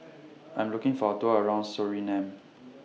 I'm looking For A Tour around Suriname